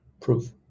proof